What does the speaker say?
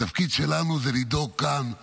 התפקיד שלנו זה לדאוג כאן ליתומים,